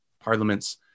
parliaments